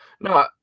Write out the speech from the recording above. No